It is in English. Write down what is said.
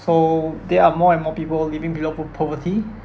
so there are more and more people living below po~ poverty